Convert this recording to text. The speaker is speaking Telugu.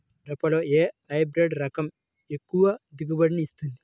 మిరపలో ఏ హైబ్రిడ్ రకం ఎక్కువ దిగుబడిని ఇస్తుంది?